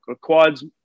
quads